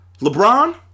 LeBron